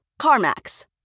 CarMax